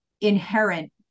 inherent